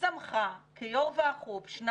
שמך כ יושב-ראש ועדת החוץ והביטחון,